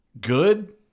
good